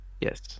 Yes